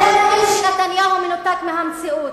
אתם אומרים שנתניהו מנותק מהמציאות.